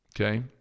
Okay